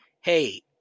hey